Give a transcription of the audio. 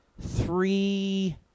three